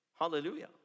Hallelujah